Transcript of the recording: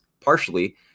partially